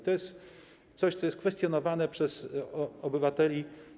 To jest coś, co jest kwestionowane przez obywateli.